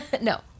No